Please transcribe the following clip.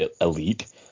elite